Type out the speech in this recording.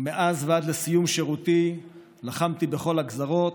ומאז ועד לסיום שירותי לחמתי בכל הגזרות.